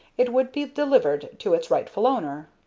it would be delivered to its rightful owner.